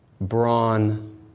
brawn